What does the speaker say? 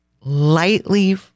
lightly